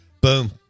Boom